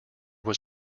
was